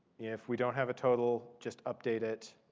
if we don't have a total, just update it.